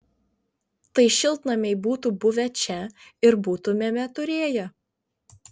tai šiltnamiai būtų buvę čia ir būtumėme turėję